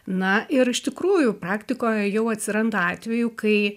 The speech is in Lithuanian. na ir iš tikrųjų praktikoje jau atsiranda atvejų kai